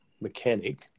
mechanic